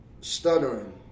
stuttering